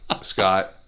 Scott